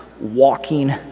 walking